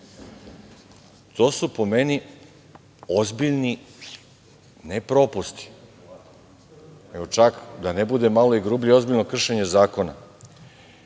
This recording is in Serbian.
To su po meni ozbiljni ne propusti, nego čak da ne bude malo i grublje, ozbiljno kršenje zakona,